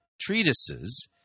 treatises